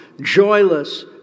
joyless